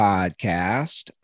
Podcast